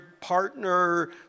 partner